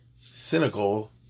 cynical